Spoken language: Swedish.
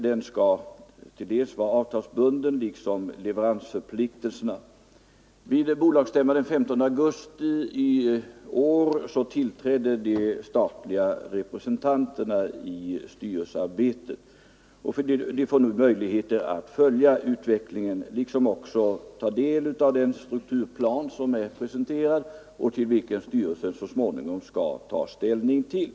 Denna är avtalsbunden liksom leveransförpliktelserna. Vid bolagsstämman den 15 augusti i år tillträdde de statliga representanterna i styrelsen. De får nu möjligheter att följa utvecklingen och ta del av den strukturplan som har presenterats Nr 119 och SO Styrelsen så småningom skall ta ställning till.